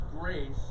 grace